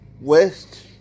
west